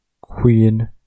Queen